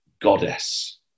goddess